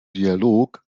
dialog